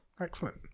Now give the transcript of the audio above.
Excellent